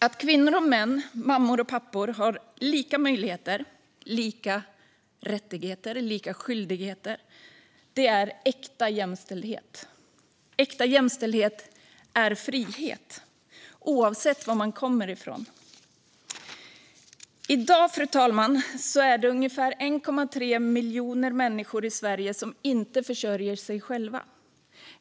Att kvinnor och män, mammor och pappor, har lika möjligheter, lika rättigheter och lika skyldigheter är äkta jämställdhet. Äkta jämställdhet är frihet, oavsett var man kommer ifrån. I dag är det ungefär 1,3 miljoner människor i Sverige som inte försörjer sig själva.